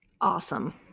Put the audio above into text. Awesome